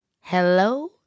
hello